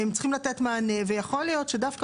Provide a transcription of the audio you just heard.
הם צריכים לתת מענה ויכול להיות שדווקא